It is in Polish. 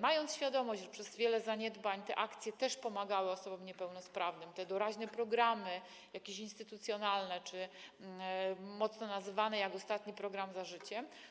mając świadomość, że w sytuacji wielu zaniedbań te akcje też pomagały osobom niepełnosprawnym, te doraźne programy instytucjonalne czy mocno nazwane, jak choćby ostatni program „Za życiem”